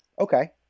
okay